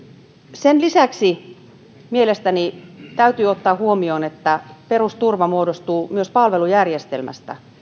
sen lisäksi mielestäni täytyy ottaa huomioon että perusturva muodostuu myös palvelujärjestelmästä